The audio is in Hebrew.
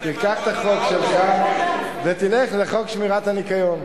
תיקח את החוק שלך ותלך לחוק שמירת הניקיון.